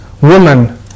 woman